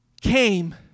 came